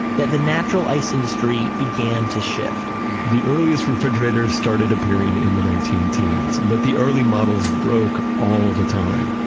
that the natural ice industry began to shift the earliest refrigerators started appearing in the nineteen teens, but the early models broke all the time.